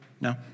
No